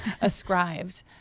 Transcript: ascribed